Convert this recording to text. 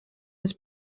his